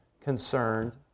concerned